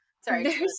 Sorry